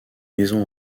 maison